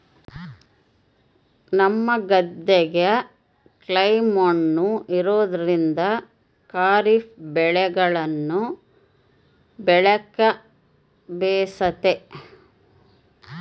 ನಮ್ಮ ಗದ್ದೆಗ ಕ್ಲೇ ಮಣ್ಣು ಇರೋದ್ರಿಂದ ಖಾರಿಫ್ ಬೆಳೆಗಳನ್ನ ಬೆಳೆಕ ಬೇಸತೆ